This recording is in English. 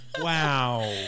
Wow